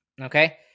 okay